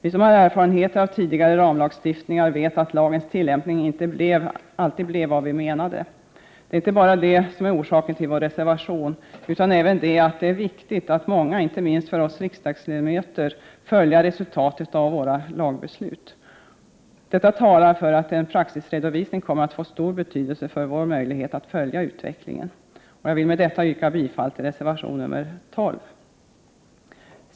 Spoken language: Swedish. Vi som har erfarenhet av tidigare ramlagstiftningar vet att lagens tillämpning inte alltid blir vad vi avser. Det är inte bara det som är orsaken till vår reservation, utan även att det är viktigt att många, inte minst vi riksdagsledamöter, följer resultaten av våra lagbeslut. Detta talar för att en praxisredovisning kommer att få stor betydelse för vår möjlighet att följa utvecklingen. Jag vill med detta yrka bifall till reservation nr 12.